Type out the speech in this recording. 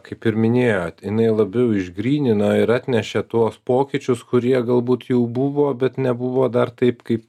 kaip ir minėjot jinai labiau išgrynino ir atnešė tuos pokyčius kurie galbūt jau buvo bet nebuvo dar taip kaip